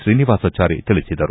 ಶ್ರೀನಿವಾಸಚಾರಿ ತಿಳಿಸಿದರು